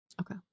okay